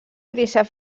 créixer